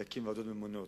להקים ועדות ממונות.